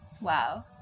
Wow